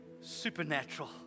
supernatural